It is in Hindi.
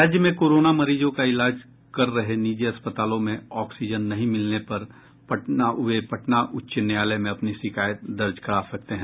राज्य में कोरोना मरीजों का इलाज कर रहे निजी अस्पतालों में ऑक्सीजन नहीं मिलने पर वे पटना उच्च न्यायालय में अपनी शिकायत दर्ज करा सकते हैं